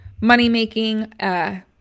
money-making